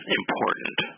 important